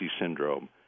syndrome